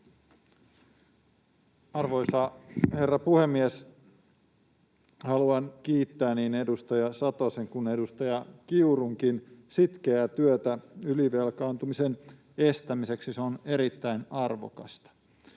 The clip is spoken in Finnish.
Arvoisa herra puhemies! Haluan kiittää niin edustaja Satosen kuin edustaja Kiurunkin sitkeää työtä ylivelkaantumisen estämiseksi. Se on erittäin arvokasta.